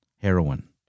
heroin